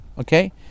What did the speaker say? Okay